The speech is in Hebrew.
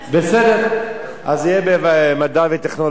בסדר, אז יהיה במדע וטכנולוגיה.